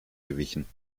gewichen